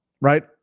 right